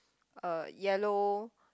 uh yellow